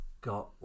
got